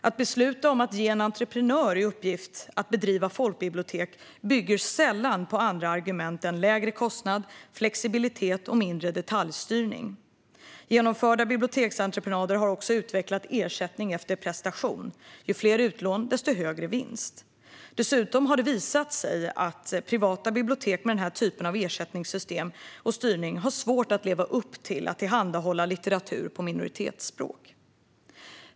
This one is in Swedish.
Att besluta om att ge en entreprenör i uppgift att driva folkbibliotek bygger sällan på andra argument än lägre kostnad, flexibilitet och mindre detaljstyrning. Genomförda biblioteksentreprenader har också utvecklat ersättning efter prestation - ju fler utlån, desto högre vinst. Dessutom har det visat sig att privata bibliotek med denna typ av ersättningssystem och styrning har svårt att leva upp till att tillhandahålla litteratur på minoritetsspråk.